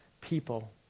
people